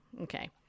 Okay